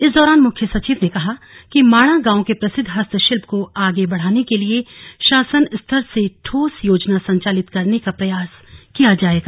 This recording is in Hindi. इस दौरान मुख्य सचिव ने कहा कि माणा गांव के प्रसिद्ध हस्तशिल्प को आगे बढाने के लिए शासन स्तर से ठोस र्योजना संचालित करने का प्रयास किया जायेगा